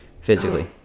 Physically